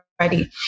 ready